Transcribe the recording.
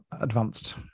advanced